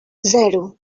zero